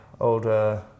old